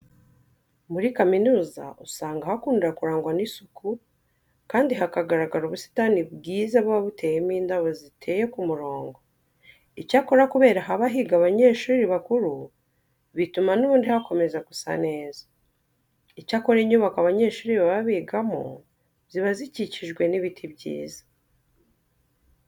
Muri kaminuza usanga hakunda kurangwa n'isuku kandi hakagaraga ubusitani bwiza buba buteyemo indabo ziteye ku murongo. Icyakora kubera haba higa abanyeshuri bakuru bituma n'ubundi hakomeza gusa neza. Icyakora inyubako abanyeshuri baba bigamo ziba zikikijwe n'ibiti byiza.